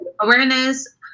awareness